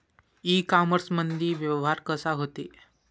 इ कामर्समंदी व्यवहार कसा होते?